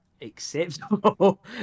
acceptable